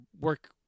work